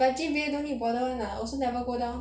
but G_P_A don't need to bother [one] lah also never go down